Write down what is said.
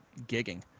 gigging